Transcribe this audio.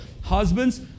husbands